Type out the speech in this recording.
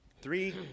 Three